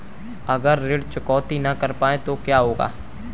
अगर ऋण चुकौती न कर पाए तो क्या होगा?